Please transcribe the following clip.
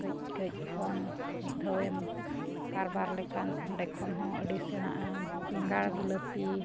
ᱠᱟᱹᱡ ᱠᱟᱹᱡ ᱠᱷᱚᱱ ᱢᱤᱫ ᱫᱷᱟᱣᱮᱢ ᱠᱟᱨᱵᱟᱨ ᱞᱮᱠᱷᱟᱱ ᱚᱸᱰᱮ ᱠᱷᱚᱱ ᱦᱚᱸ ᱟᱹᱰᱤ ᱥᱮᱬᱟᱜᱼᱟ ᱵᱮᱜᱟᱲ ᱵᱤᱞᱟᱹᱛᱤ